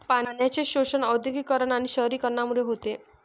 पाण्याचे शोषण औद्योगिकीकरण आणि शहरीकरणामुळे होते